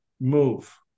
move